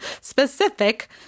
specific